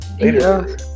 Later